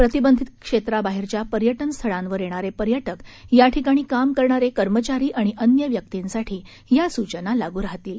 प्रतिबंधित क्षेत्राबाहेरच्या पर्यटनस्थळांवर येणारे पर्यटक या ठिकाणी काम करणारे कर्मचारी आणि अन्य व्यक्तींसाठी या सूचना लागू राहतील